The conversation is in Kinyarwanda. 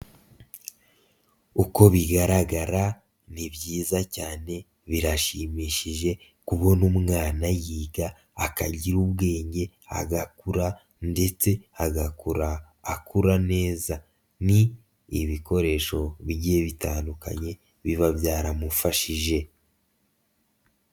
Uko bigaragara ni byiza cyane birashimishije kubona umwana yiga akagira ubwenge agakura ndetse agakura akura neza, ni ibikoresho bigiye bitandukanye biba byaramufashije.